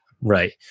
right